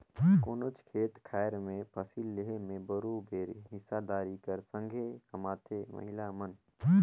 कोनोच खेत खाएर में फसिल लेहे में बरोबेर हिस्सादारी कर संघे कमाथें महिला मन